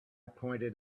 pointed